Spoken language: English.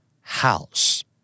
House